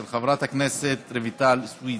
של חברת הכנסת רויטל סויד.